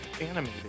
animated